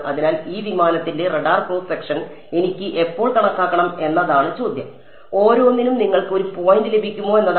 അതിനാൽ ഈ വിമാനത്തിന്റെ റഡാർ ക്രോസ് സെക്ഷൻ എനിക്ക് എപ്പോൾ കണക്കാക്കണം എന്നതാണ് ചോദ്യം ഓരോന്നിനും നിങ്ങൾക്ക് ഒരു പോയിന്റ് ലഭിക്കുമോ എന്നതാണ്